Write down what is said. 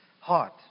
heart